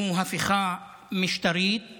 שהוא הפיכה משטרית